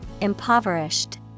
impoverished